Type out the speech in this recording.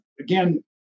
again